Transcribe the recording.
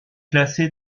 classé